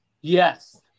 Yes